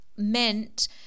Meant